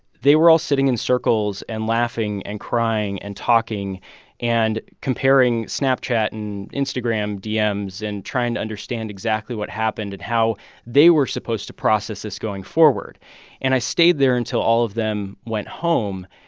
they were all sitting in circles and laughing and crying and talking and comparing snapchat and instagram dms and trying to understand exactly what happened and how they were supposed to process this going forward and i stayed there until all of them went home.